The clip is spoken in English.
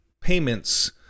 payments